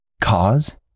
cause